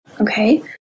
Okay